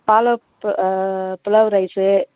follow-up plov rice